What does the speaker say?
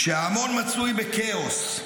כשההמון מצוי בכאוס,